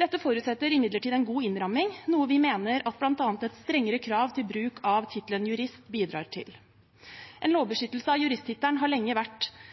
Dette forutsetter imidlertid en god innramming, noe vi mener at bl.a. et strengere krav til bruk av tittelen jurist bidrar til. En lovbeskyttelse av juristtittelen har lenge vært